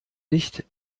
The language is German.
nicht